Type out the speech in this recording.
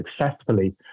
successfully